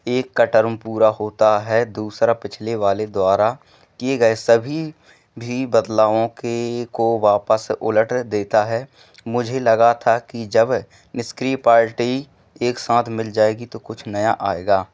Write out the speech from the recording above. एक का टरम पूरा होता है दूसरा पिछले वाले द्वारा किए गए सभी भी बदलावों की को वापस उलट देता है मुझे लगा था कि जब निष्क्रिय पार्टी एक साथ मिल जाएगी तो कुछ नया आएगा